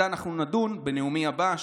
בזה אנחנו נדון בנאומי הבא,